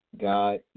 God